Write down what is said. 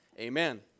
Amen